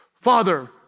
father